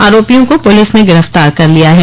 आरोपियों को पुलिस ने गिरफ्तार कर लिया है